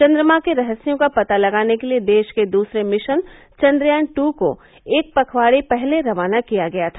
चंद्रमा के रहस्यों का पता लगाने के लिए देश के दूसरे मिशन चंद्रयान टू को एक पखवाड़े पहले रवाना किया गया था